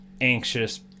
anxious